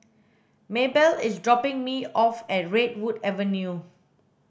Mabell is dropping me off at Redwood Avenue